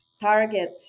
target